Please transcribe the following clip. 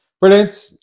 brilliant